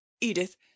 Edith